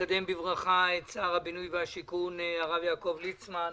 אני מקדם בברכה את שר הבינוי והשיכון הרב יעקב ליצמן,